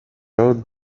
wrote